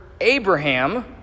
Abraham